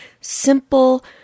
simple